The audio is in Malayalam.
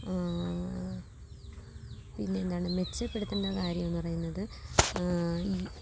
പിന്നെ എന്താണ് മെച്ചപ്പെടുത്തേണ്ട കാര്യമെന്നു പറയുന്നത് ഈ